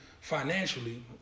financially